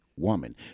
Woman